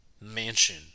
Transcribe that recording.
mansion